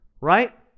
Right